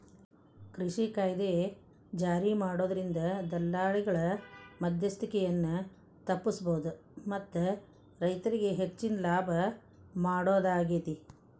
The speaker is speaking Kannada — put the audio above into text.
ಕೃಷಿ ಕಾಯ್ದೆ ಜಾರಿಮಾಡೋದ್ರಿಂದ ದಲ್ಲಾಳಿಗಳ ಮದ್ಯಸ್ತಿಕೆಯನ್ನ ತಪ್ಪಸಬೋದು ಮತ್ತ ರೈತರಿಗೆ ಹೆಚ್ಚಿನ ಲಾಭ ಮಾಡೋದಾಗೇತಿ